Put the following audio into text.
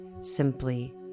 Simply